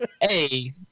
Hey